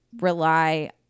rely